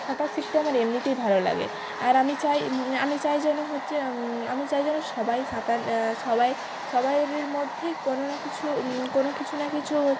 সাঁতার শিখতে আমার এমনিতেই ভালো লাগে আর আমি চাই আমি চাই যেন হচ্ছে আমি চাই যেন সবাই সাঁতার সবাই সবারই মধ্যেই কোনো না কিছু কোনো কিছু না কিছু হচ্ছে